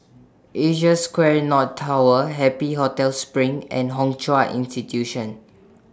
Asia Square North Tower Happy Hotel SPRING and Hwa Chong Institution